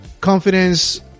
Confidence